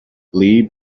lee